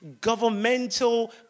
governmental